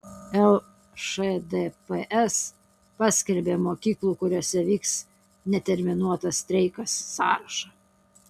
lšdps paskelbė mokyklų kuriose vyks neterminuotas streikas sąrašą